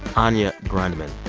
anya grundmann.